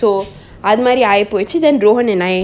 so அது மாறி ஆயிப்போச்சு:athu mari aayippochu then rowen and I